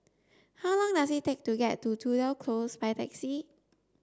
how long does it take to get to Tudor Close by taxi